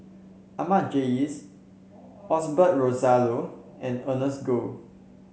Ahmad Jais Osbert Rozario and Ernest Goh